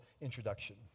introduction